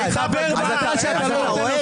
אתה בקריאה ראשונה,